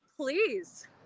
please